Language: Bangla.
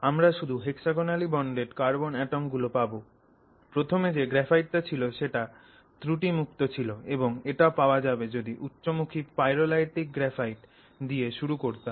আমরা শুধু hexagonally bonded কার্বন অ্যাটম গুলো পাবো প্রথমে যে গ্রাফাইটটা ছিল সেটা ত্রুটিমুক্ত ছিল এবং এটা পাওয়া যাবে যদি উচ্চমুখী পাইরোলাইটিক গ্রাফাইট দিয়ে শুরু করতাম